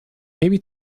maybe